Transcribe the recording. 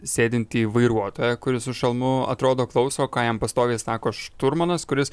sėdintį vairuotoją kuris su šalmu atrodo klauso ką jam pastoviai sako šturmanas kuris